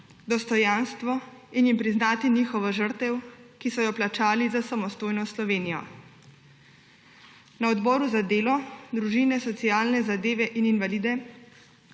dostojanstvo in jim priznati njihovo žrtev, ki so jo plačali za samostojno Slovenijo. Na Odboru za delo, družino, socialne zadeve in invalide